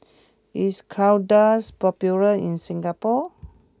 is Kordel's popular in Singapore